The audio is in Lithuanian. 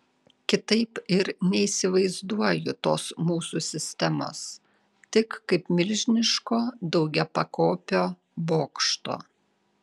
kitaip ir neįsivaizduoju tos mūsų sistemos tik kaip milžiniško daugiapakopio bokšto